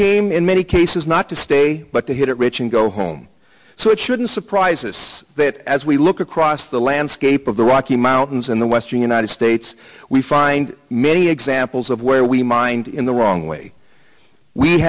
came in many cases not to stay but to hit it rich and go home so it shouldn't surprise us that as we look across the landscape of the rocky mountains in the western united states we find many examples of where we mined in the wrong way we